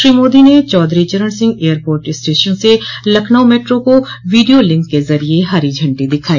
श्री मोदी ने Chaudhary Charan Singh airport station से Lucknow metro को वीडियों लिंक के जरिये हरी झंडी दिखाई